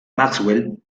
maxwell